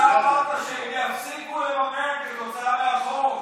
אתה אז אמרת שהם יפסיקו לממן כתוצאה מהחוק.